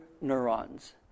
neurons